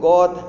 God